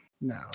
No